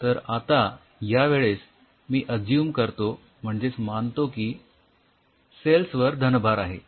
तर आता यावेळेस मी अझ्युम करतो म्हणजेच मानतो की सेल्स वर धनभार आहे